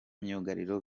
myugariro